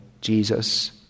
Jesus